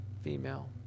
female